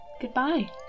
goodbye